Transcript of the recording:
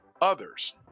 others